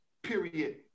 Period